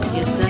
Yes